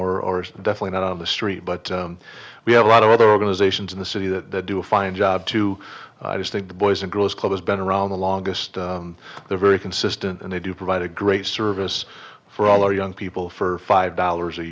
home or definitely not on the street but we have a lot of other organizations in the city that do a fine job to just take the boys and girls club has been around the longest they're very consistent and they do provide a great service for all our young people for five dollars a